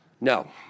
No